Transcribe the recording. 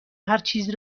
هرچیزی